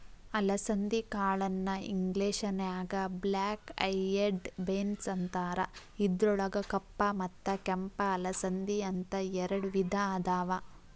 ಅಲಸಂದಿ ಕಾಳನ್ನ ಇಂಗ್ಲೇಷನ್ಯಾಗ ಬ್ಲ್ಯಾಕ್ ಐಯೆಡ್ ಬೇನ್ಸ್ ಅಂತಾರ, ಇದ್ರೊಳಗ ಕಪ್ಪ ಮತ್ತ ಕೆಂಪ ಅಲಸಂದಿ, ಅಂತ ಎರಡ್ ವಿಧಾ ಅದಾವ